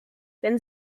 wenn